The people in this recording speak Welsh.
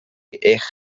eich